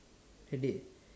that day